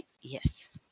Yes